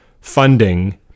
funding